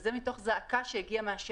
וזה מתוך זעקה שהגיעה מן השטח.